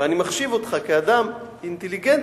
ואני מחשיב אותך כאדם אינטליגנטי,